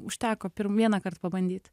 užteko pirm vienąkart pabandyt